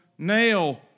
Nail